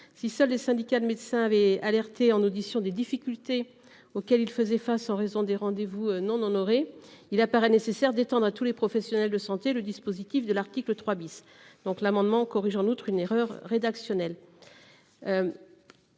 si seuls les syndicats de médecins nous ont alertés lors de leurs auditions sur les difficultés auxquelles ils font face en raison des rendez-vous non honorés, il apparaît nécessaire d'étendre à tous les professionnels de santé le dispositif de l'article 3 . L'amendement vise en outre à corriger une erreur rédactionnelle.